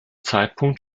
zeitpunkt